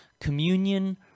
Communion